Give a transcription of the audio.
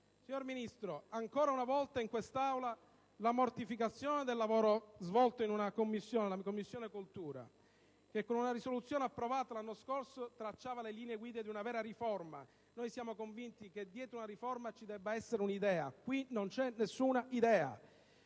Signor Ministro, ancora una mortificazione del lavoro della Commissione istruzione, che con una risoluzione approvata l'anno scorso tracciava le linee guida di una vera riforma. Noi siamo convinti che dietro una riforma ci debba essere un'idea: qui non c'è nessuna idea.